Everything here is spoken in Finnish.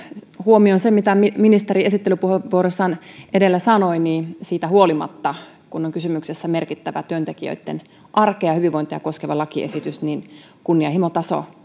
huomioon sen mitä ministeri esittelypuheenvuorossaan edellä sanoi siitä huolimatta kun on kysymyksessä merkittävä työntekijöitten arkea ja hyvinvointia koskeva lakiesitys kunnianhimotaso